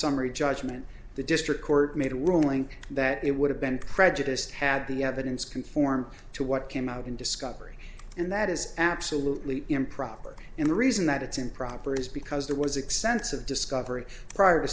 summary judgment the district court made a ruling that it would have been prejudiced had the evidence conform to what came out in discovery and that is absolutely improper and the reason that it's improper is because there was extensive discovery prior to